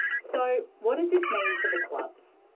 so what does this mean for the clubs?